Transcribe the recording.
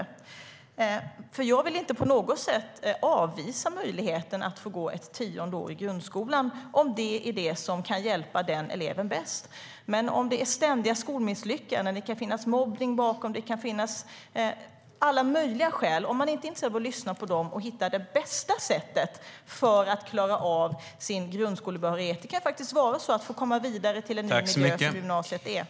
Jag vill inte på något sätt avvisa möjligheten för en elev att få gå ett tionde år i grundskolan om det är detta som kan hjälpa den eleven bäst. Men om det är ständiga skolmisslyckanden kan det finns mobbning och alla andra skäl bakom det. Man måste lyssna på eleven och hitta det bästa sättet för eleven att klara av sin grundskolebehörighet. Det bästa kanske är att få komma vidare till en ny miljö som gymnasiet är.